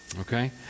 Okay